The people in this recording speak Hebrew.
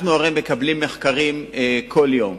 אנחנו הרי מקבלים מחקרים כל יום.